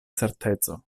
certeco